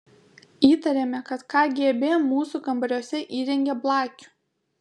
įtarėme kad kgb mūsų kambariuose įrengė blakių